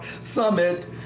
summit